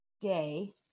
day